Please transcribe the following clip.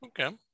okay